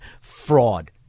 fraud